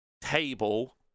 table